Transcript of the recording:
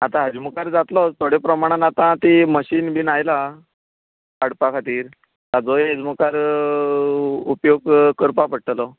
आतां हाज्या मुखार जातलो थोड्या प्रमाण आतां तीं मशीन बीन आयलां पाडपा खातीर हाजोय हेचें मुखार तो उपयोग करपाक पडटलो